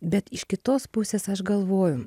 bet iš kitos pusės aš galvoju